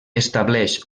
estableix